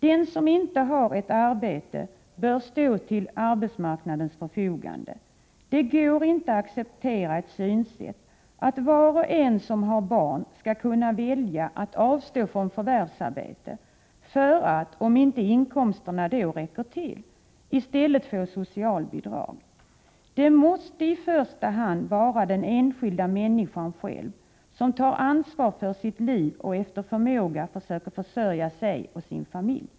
Den som inte har ett arbete bör stå till arbetsmarknadens förfogande. Det går inte att acceptera synsättet att var och en som har barn skall kunna välja att avstå från förvärvsarbete för att om inte inkomsterna räcker till i stället få socialbidrag. Det måste i första hand vara den enskilda människan själv som tar ansvar för sitt liv och efter förmåga försöker försörja sig och sin familj.